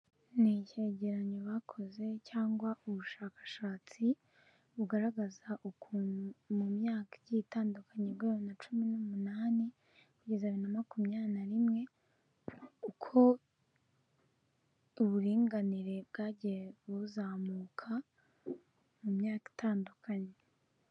Ni icyegeranyo bakoze cyangwa ubushakashatsi bugaragaza ukuntu mu myaka igiye itandukanye guhera bibiri na cumi n'umunani kugeza bibiri na makumyabiri na rimwe uko uburinganire bwagiye buzamuka mu myaka itandukanye.